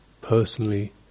personally